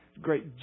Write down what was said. great